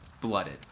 blooded